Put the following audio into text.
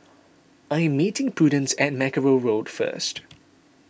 I am meeting Prudence at Mackerrow Road first